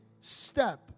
step